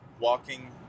walking